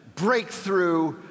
breakthrough